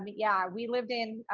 um yeah we lived in,